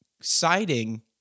citing